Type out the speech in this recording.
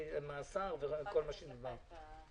מאסר עם כל מה שנלווה לזה.